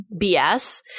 BS